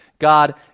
God